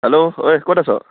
hello অই ক'ত আছ'